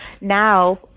now